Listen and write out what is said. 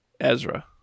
Ezra